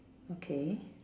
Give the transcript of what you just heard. okay